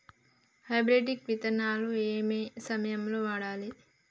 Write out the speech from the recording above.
Hybrid విత్తనాలు ఏయే సమయాల్లో వాడాలి?